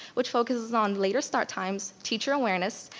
which focuses on later start times, teacher awareness,